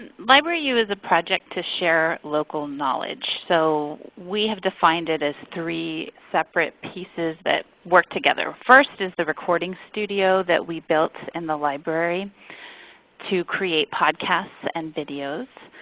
libraryyou is a project to share local knowledge. knowledge. so we have defined it as three separate pieces that work together. first, is the recording studio that we built in the library to create podcasts and videos.